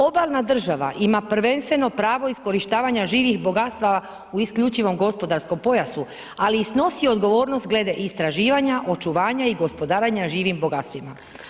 Obalna država ima prvenstveno pravo iskorištavanja živih bogatstava u isključivom gospodarskom pojasu, ali i snosi odgovornost glede istraživanja, očuvanja i gospodarenja živim bogatstvima.